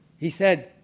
he said,